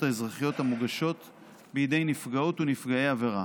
האזרחיות המוגשות בידי נפגעות ונפגעות עבירה.